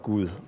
Gud